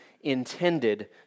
intended